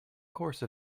course